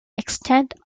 extent